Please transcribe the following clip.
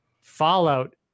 Fallout